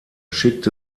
schickte